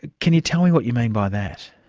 can you tell me what you mean by that?